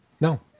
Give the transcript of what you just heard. No